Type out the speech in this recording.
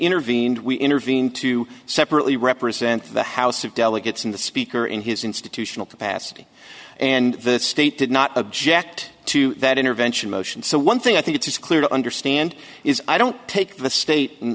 intervened we intervene to separately represent the house of delegates in the speaker in his institutional capacity and the state did not object to that intervention motion so one thing i think it's clear to understand is i don't take the state